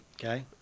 Okay